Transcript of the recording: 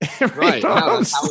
Right